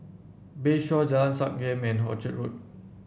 Bayshore Jalan Sankam and Orchard Road